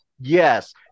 Yes